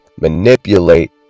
manipulate